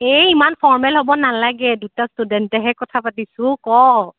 এই ইমান ফৰমেল হ'ব নালাগে দুটা ষ্টুডেণ্টেহে কথা পাতিছোঁ ক'